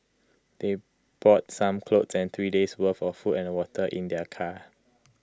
they brought some clothes and three days' worth of food and water in their car